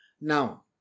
Now